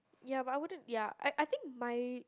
ya but I wouldn't ya I I think my